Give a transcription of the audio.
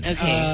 Okay